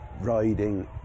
riding